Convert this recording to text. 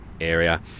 area